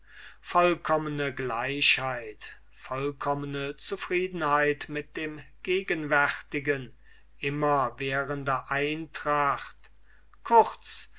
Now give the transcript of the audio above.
vollkommene gleichheit vollkommene zufriedenheit mit dem gegenwärtigen immerwährende eintracht kurz